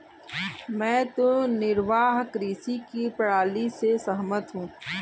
मैं तो निर्वाह कृषि की प्रणाली से सहमत हूँ